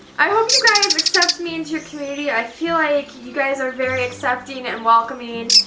i hope you guys accept me into your community. i feel like you guys are very accepting and welcoming.